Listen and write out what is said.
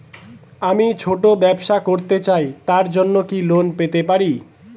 আমি ছোট ব্যবসা করতে চাই তার জন্য কি লোন পেতে পারি?